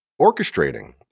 orchestrating